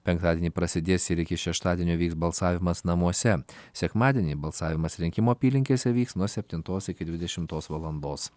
penktadienį prasidės ir iki šeštadienio vyks balsavimas namuose sekmadienį balsavimas rinkimų apylinkėse vyks nuo septintos iki dvidešimtos valandos